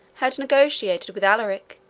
had negotiated with alaric,